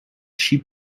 she